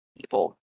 people